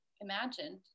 imagined